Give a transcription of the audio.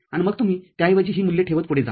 आणि मग तुम्ही त्याऐवजी ही मूल्ये ठेवत पुढे जा